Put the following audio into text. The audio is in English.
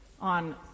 on